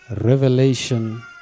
Revelation